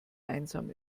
einsam